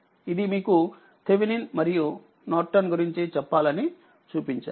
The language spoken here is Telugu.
ఇది మీకు థీవెనిన్మరియునార్టన్గురించి చెప్పాలని చూపించాను